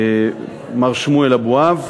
מר שמואל אבואב,